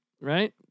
right